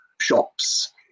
shops